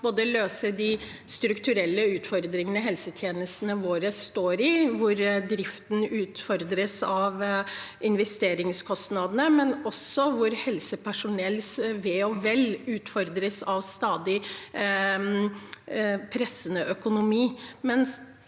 både de strukturelle utfordringene helsetjenestene våre står i, hvor driften utfordres av investeringskostnadene, og også at helsepersonells ve og vel utfordres av en stadig presset økonomi.